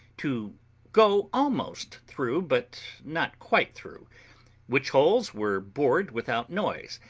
to go almost through, but not quite through which holes were bored without noise,